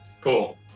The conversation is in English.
Cool